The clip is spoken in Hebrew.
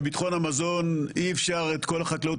בביטחון המזון אי אפשר את כל החקלאות